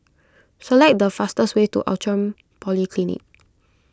select the fastest way to Outram Polyclinic